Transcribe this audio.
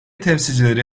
temsilcileri